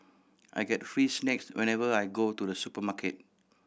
I get free snacks whenever I go to the supermarket